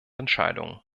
entscheidungen